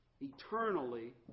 eternally